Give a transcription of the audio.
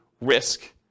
risk